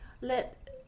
let